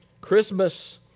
Christmas